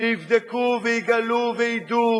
שיבדקו ויגלו וידעו,